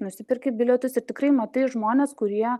nusipirkę bilietus ir tikrai matai žmones kurie